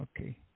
okay